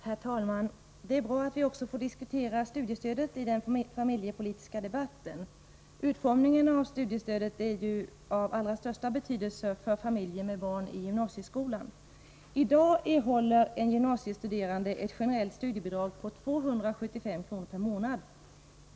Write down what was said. Herr talman! Det är bra att vi också får diskutera studiestödet i den familjepolitiska debatten. Utformningen av studiestödet är ju av allra största betydelse för familjer med barn i gymnasieskolan. I dag erhåller en gymnasiestuderande ett generellt studiebidrag på 275 kr./månad.